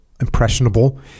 impressionable